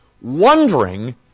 wondering